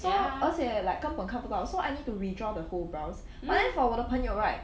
so 而且 like 根本看不到 so I need to redraw the whole eyebrows but then for 我的朋友 right